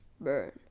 burn